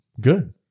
good